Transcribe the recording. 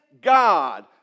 God